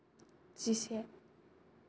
जिसे